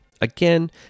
Again